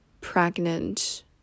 pregnant